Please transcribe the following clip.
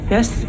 Yes